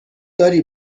داری